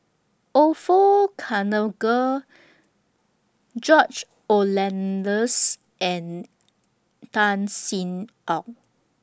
Orfeur George and Tan Sin Aun